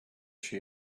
she